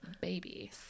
baby